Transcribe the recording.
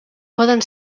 poden